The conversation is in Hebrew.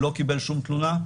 קיבל איזושהי תלונה,